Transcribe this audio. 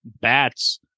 bats